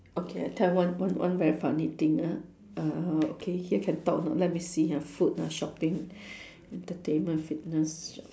okay I tell you one one one very funny thing ah uh okay here can talk or not let me see ha food ah shopping entertainment fitness